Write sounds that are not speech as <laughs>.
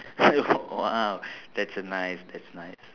<laughs> ah that's a nice that's nice